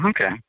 okay